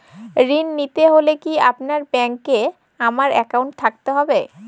ঋণ নিতে হলে কি আপনার ব্যাংক এ আমার অ্যাকাউন্ট থাকতে হবে?